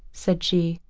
said she,